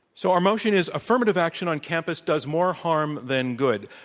so our motion is affirmative action on campus does more harm than good.